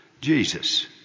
Jesus